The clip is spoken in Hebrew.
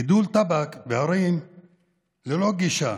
גידול טבק בהרים ללא גישה